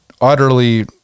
utterly